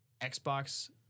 Xbox